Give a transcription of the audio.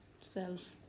self